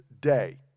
day